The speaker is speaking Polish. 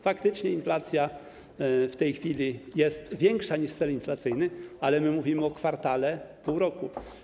Faktycznie inflacja w tej chwili jest większa niż cel inflacyjny, ale my mówimy o kwartale, pół roku.